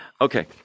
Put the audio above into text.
Okay